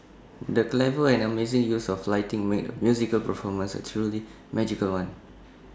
the clever and amazing use of lighting made the musical performance A truly magical one